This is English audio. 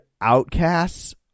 outcasts